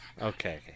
okay